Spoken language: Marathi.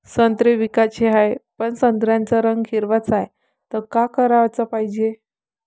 संत्रे विकाचे हाये, पन संत्र्याचा रंग हिरवाच हाये, त का कराच पायजे?